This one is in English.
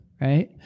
right